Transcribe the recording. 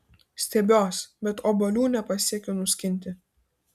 stiebiuos bet obuolių nepasiekiu nuskinti